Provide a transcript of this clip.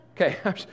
Okay